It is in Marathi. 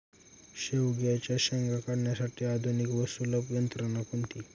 शेवग्याच्या शेंगा काढण्यासाठी आधुनिक व सुलभ यंत्रणा कोणती?